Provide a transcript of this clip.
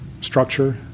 structure